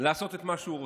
לעשות את מה שהוא רוצה.